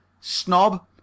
Snob